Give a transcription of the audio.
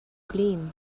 clean